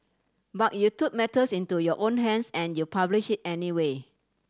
but you took matters into your own hands and you published it anyway